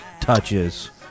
touches